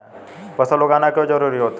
फसल उगाना क्यों जरूरी होता है?